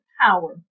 power